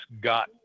got